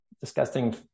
disgusting